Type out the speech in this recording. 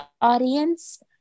audience